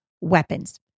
weapons